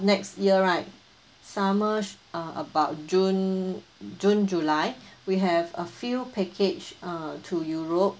next year right summers uh about june june july we have a few package uh to europe